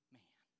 man